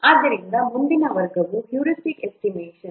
ಆದ್ದರಿಂದ ಮುಂದಿನ ವರ್ಗವು ಹ್ಯೂರಿಸ್ಟಿಕ್ ಎಸ್ಟಿಮೇಷನ್